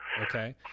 Okay